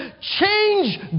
change